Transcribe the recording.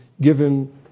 given